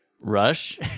Rush